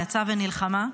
יצאה ונלחמה.